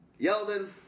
Yeldon